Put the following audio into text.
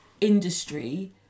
industry